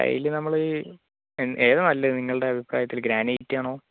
അതില് നമ്മള് ഏതാ നല്ലത് നിങ്ങളെ അഭിപ്രായത്തിൽ ഗ്രാനൈറ്റ് ആണോ